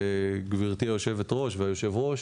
וגברתי היושבת-ראש והיושב-ראש,